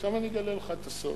עכשיו אני אגלה לך את הסוד: